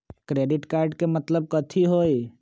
Credit card के मतलब कथी होई?